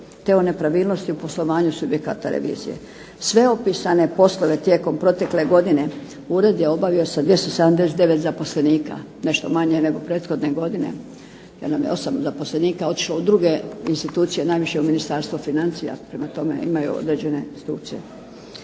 te o nepravilnosti u poslovanju subjekata revizije. Sve opisane poslove tijekom protekle godine Ured je obavio sa 279 zaposlenika. Nešto manje nego prethodne godine, jer nam je 8 zaposlenika otišlo u druge institucije, najviše u Ministarstvo financija. Prema tome, imaju određene